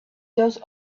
those